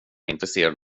intresserad